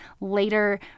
later